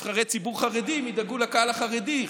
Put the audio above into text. נבחרי ציבור חרדי ידאגו לקהל החרדי,